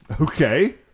okay